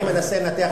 אני מנסה לנתח,